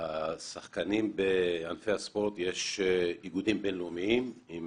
שחקנים בענפי הספורט יש איגודים בין לאומיים, עם